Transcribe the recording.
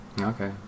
okay